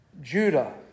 Judah